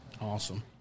Awesome